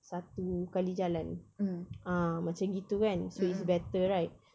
satu kali jalan ah macam gitu kan so it's better right